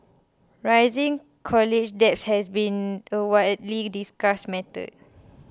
rising college debt has been a widely discussed matter